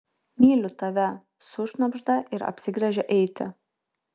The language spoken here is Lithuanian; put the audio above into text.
myliu tave sušnabžda ir apsigręžia eiti